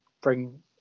bring